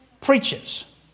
preaches